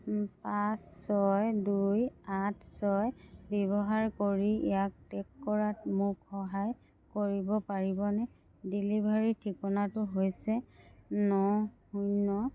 পাঁচ ছয় দুই আঠ ছয় ব্যৱহাৰ কৰি ইয়াক ট্ৰেক কৰাত মোক সহায় কৰিব পাৰিবনে ডেলিভাৰীৰ ঠিকনাটো হৈছে ন শূন্য